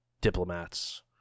diplomats